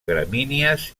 gramínies